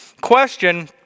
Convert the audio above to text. question